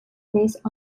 based